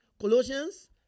Colossians